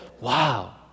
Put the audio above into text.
Wow